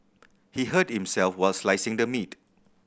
he hurt himself while slicing the meat